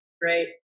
great